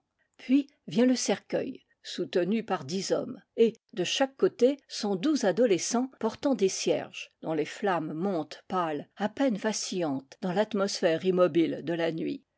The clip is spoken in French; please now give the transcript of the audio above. puis vient le cercueil soutenu par dix hommes et de chaque côté sont douze adolescents portant des cierges dont les flammes montent pâles à peine vacil lantes dans l'atmosphère immobile de la nuit